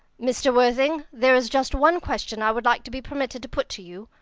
mr. worthing, there is just one question i would like to be permitted to put to you.